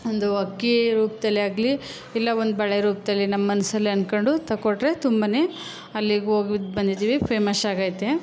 ಒಂದು ಅಕ್ಕಿ ರೂಪದಲ್ಲೇ ಆಗಲಿ ಇಲ್ಲ ಒಂದು ಬಳೆ ರೂಪದಲ್ಲಿ ನಮ್ಮ ಮನಸಲ್ಲಿ ಅಂದ್ಕೊಂಡು ತಕೊಟ್ರೆ ತುಂಬನೇ ಅಲ್ಲಿಗೆ ಹೋಗಿದ್ದು ಬಂದಿದ್ದೀವಿ ಫೇಮಶ್ಶಾಗೈತೆ